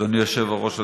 אדוני היושב-ראש,